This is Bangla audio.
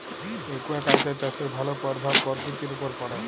একুয়াকালচার চাষের ভালো পরভাব পরকিতির উপরে পড়ে